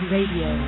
Radio